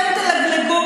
אתם פה תעמדו ואתם תלגלגו,